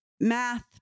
math